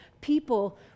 People